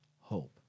hope